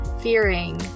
fearing